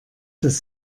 das